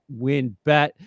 WinBet